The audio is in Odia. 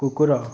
କୁକୁର